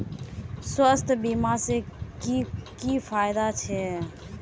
स्वास्थ्य बीमा से की की फायदा छे?